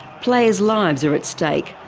players' lives are at stake,